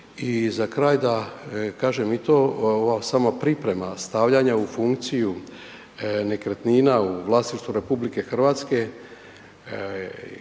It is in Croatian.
I za kraj da kažem i to, ova sama priprema stavljanja u funkciju nekretnina u vlasništvu RH treba imati